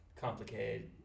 complicated